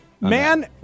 Man